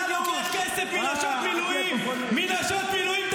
אתה לוקח כסף מנשות מילואים, מנשות מילואים.